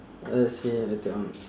let's see later on